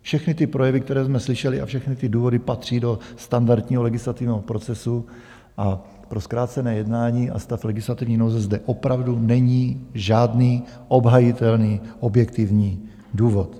Všechny projevy, které jsme slyšeli, a všechny důvody patří do standardního legislativního procesu a pro zkrácené jednání a stav legislativní nouze zde opravdu není žádný obhajitelný objektivní důvod.